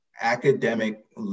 academic